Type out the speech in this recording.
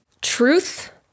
Truth